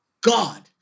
God